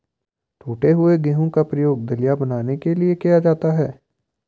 टूटे हुए गेहूं का प्रयोग दलिया बनाने के लिए किया जाता है